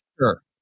sure